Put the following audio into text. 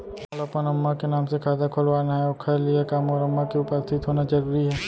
मोला अपन अम्मा के नाम से खाता खोलवाना हे ओखर लिए का मोर अम्मा के उपस्थित होना जरूरी हे?